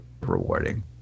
rewarding